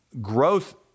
growth